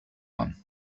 one